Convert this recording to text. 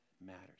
matters